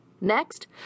Next